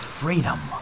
freedom